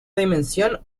dimensión